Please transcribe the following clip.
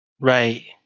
Right